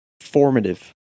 formative